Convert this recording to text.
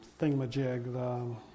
thingamajig